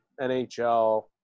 NHL